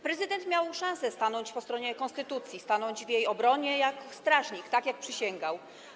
Prezydent miał szansę stanąć po stronie konstytucji, stanąć w jej obronie jako strażnik, tak jak przysięgał.